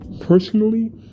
Personally